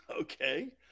Okay